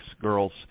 girls